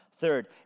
Third